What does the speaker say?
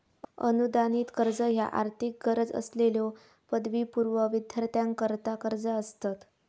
अनुदानित कर्ज ह्या आर्थिक गरज असलेल्यो पदवीपूर्व विद्यार्थ्यांकरता कर्जा असतत